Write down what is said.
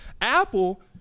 Apple